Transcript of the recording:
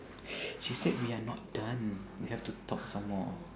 she said we are not done we have to talk some more